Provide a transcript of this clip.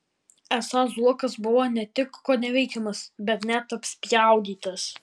esą zuokas buvo ne tik koneveikiamas bet net apspjaudytas